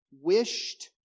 wished